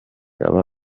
aba